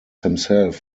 himself